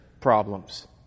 problems